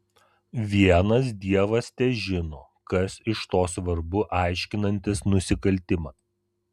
vienas dievas težino kas iš to svarbu aiškinantis nusikaltimą